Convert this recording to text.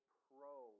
pro